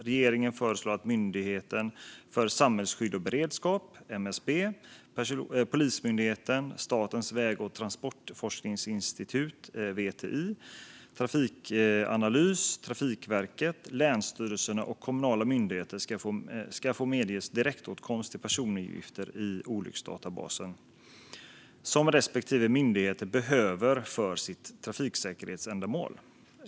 Regeringen föreslår att Myndigheten för samhällsskydd och beredskap, alltså MSB, Polismyndigheten, Statens väg och transportforskningsinstitut, alltså VTI, Trafikanalys, Trafikverket, länsstyrelserna och kommunala myndigheter ska få medges direktåtkomst till personuppgifter i olycksdatabasen som respektive myndighet behöver för trafiksäkerhetsändamål.